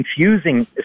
confusing